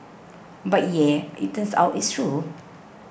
but yeah it turns out it's true